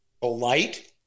Polite